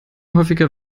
häufiger